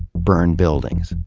burned buildings,